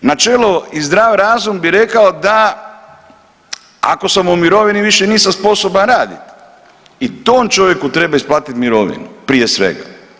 Načelo i zdrav razum bi rekao da ako sam u mirovini, više nisam sposoban raditi i tom čovjeku treba isplatiti mirovinu, prije svega.